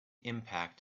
impact